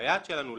והיעד שלנו להגדיל,